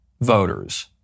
voters